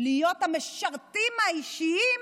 להיות המשרתים האישיים